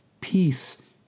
Peace